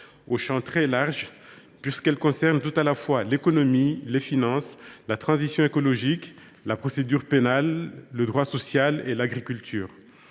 au champ très large, puisqu’elles concernent tout à la fois l’économie, les finances, la transition écologique, la procédure pénale, le droit social et l’agriculture.